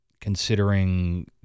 considering